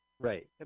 Right